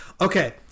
Okay